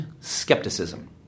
skepticism